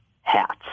hats